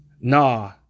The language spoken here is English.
Nah